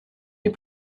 les